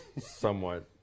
somewhat